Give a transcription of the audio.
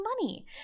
money